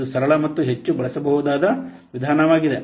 ಆದ್ದರಿಂದ ಇದು ಸರಳ ಮತ್ತು ಹೆಚ್ಚು ಬಳಸಬಹುದಾದ ವಿಧಾನವಾಗಿದೆ